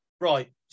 right